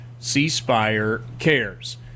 cspirecares